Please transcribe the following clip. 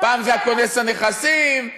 פעם זה כונס הנכסים,